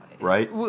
right